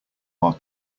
are